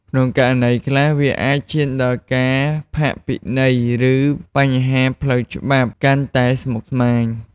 ក្នុងករណីខ្លះ វាអាចឈានដល់ការផាកពិន័យ ឬបញ្ហាផ្លូវច្បាប់កាន់តែស្មុគស្មាញ។